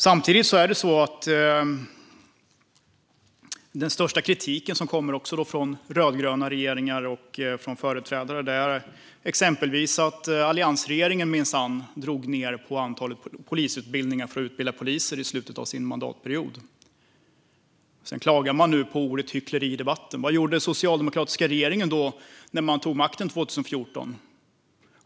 Samtidigt är den största kritiken som kommer från rödgröna regeringar och från deras företrädare exempelvis att alliansregeringen minsann drog ned på polisutbildningen i slutet av sin mandatperiod. Nu klagar man på ordet hyckleri i debatten. Vad gjorde den socialdemokratiska regeringen när man tog makten 2014?